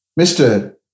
Mr